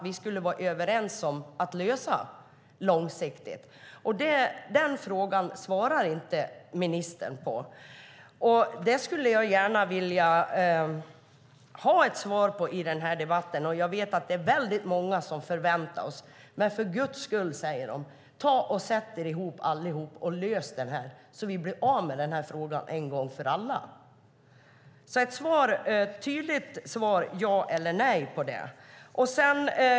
Vi borde vara överens om att lösa detta långsiktigt, men den frågan svarar inte ministern på. Jag skulle vilja ha ett svar på det i denna debatt. Jag vet att många förväntar sig det av oss och säger: För Guds skull, sätt er ned ihop och lös detta så att vi blir av med frågan en gång för alla! Jag vill ha ett tydligt svar, ja eller nej, på den frågan.